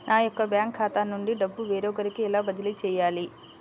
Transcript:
నా యొక్క బ్యాంకు ఖాతా నుండి డబ్బు వేరొకరికి ఎలా బదిలీ చేయాలి?